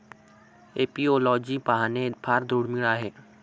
apiology पाहणे फार दुर्मिळ आहे